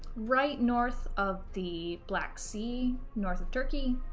right north of the black sea, north of turkey,